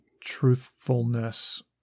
truthfulness